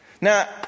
Now